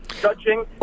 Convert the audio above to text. judging